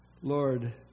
Lord